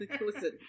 Listen